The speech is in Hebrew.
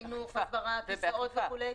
בחינוך וכולי,